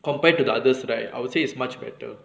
compared to the others right I would say it's much better